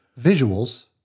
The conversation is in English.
visuals